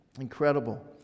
Incredible